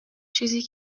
چیزی